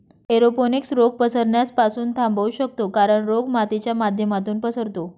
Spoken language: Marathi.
एरोपोनिक्स रोग पसरण्यास पासून थांबवू शकतो कारण, रोग मातीच्या माध्यमातून पसरतो